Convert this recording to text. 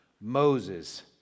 Moses